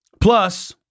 Plus